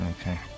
Okay